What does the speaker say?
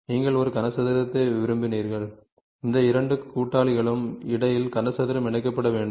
நீங்கள் ஒரு கனசதுரத்தை விரும்பினீர்கள் இந்த இரண்டு கூட்டாளிகளுக்கும் இடையில் கனசதுரம் இணைக்கப்பட வேண்டும்